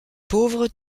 pauvre